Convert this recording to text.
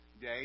day